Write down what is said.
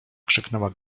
krzyknęła